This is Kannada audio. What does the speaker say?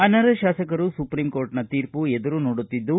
ಅನರ್ಹ ಶಾಸಕರು ಸುಪ್ರೀಂಕೋರ್ಟ್ನ ತೀರ್ಮ ಎದುರು ನೋಡುತ್ತಿದ್ದು